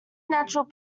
natural